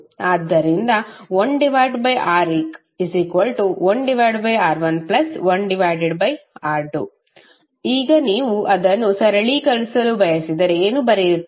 ಆದ್ದರಿಂದ 1Req1R11R2 ಈಗ ನೀವು ಅದನ್ನು ಸರಳೀಕರಿಸಲು ಬಯಸಿದರೆ ಏನು ಬರೆಯುತ್ತೀರಿ